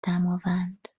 دماوند